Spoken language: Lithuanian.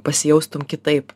pasijaustum kitaip